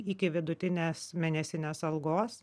iki vidutinės mėnesinės algos